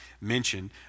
mentioned